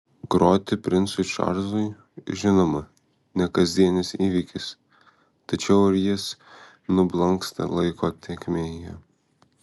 groti princui čarlzui žinoma ne kasdienis įvykis tačiau ir jis nublanksta laiko tėkmėje